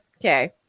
okay